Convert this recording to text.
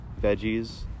veggies